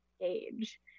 age